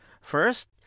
First